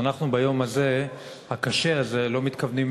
אז אנחנו ביום הקשה הזה לא מתכוונים